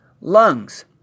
lungs